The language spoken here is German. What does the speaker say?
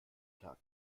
tag